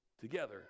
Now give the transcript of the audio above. together